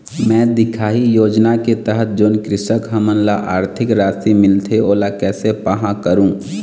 मैं दिखाही योजना के तहत जोन कृषक हमन ला आरथिक राशि मिलथे ओला कैसे पाहां करूं?